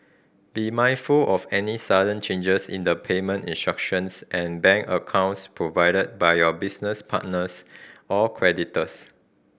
be mindful of any sudden changes in the payment instructions and bank accounts provided by your business partners or creditors